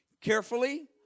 carefully